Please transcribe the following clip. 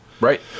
Right